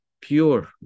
pure